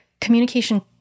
communication